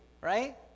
right